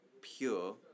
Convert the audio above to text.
pure